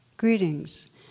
Greetings